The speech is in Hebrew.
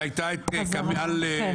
והייתה את כמאל מריח.